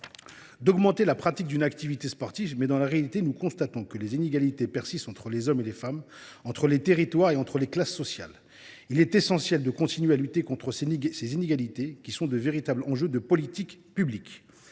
d’augmenter la pratique d’une activité sportive. Toutefois, dans la réalité, nous constatons que les inégalités persistent entre les hommes et les femmes, entre les territoires et entre les classes sociales. Il est essentiel de continuer à lutter contre ces inégalités, qui sont de véritables enjeux de politique publique.